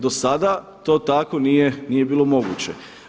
Dosada to tako nije bilo moguće.